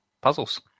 puzzles